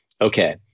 okay